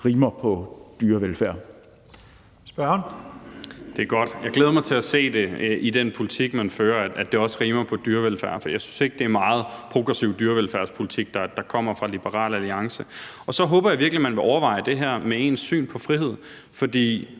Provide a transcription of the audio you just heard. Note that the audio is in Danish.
Valentin (SF): Det er godt. Jeg glæder mig til at se i den politik, man fører, at det også rimer på dyrevelfærd, for jeg synes ikke, at det er meget progressiv dyrevelfærdspolitik, der kommer fra Liberal Alliance. Og så håber jeg virkelig, at man vil overveje det her med ens syn på frihed, for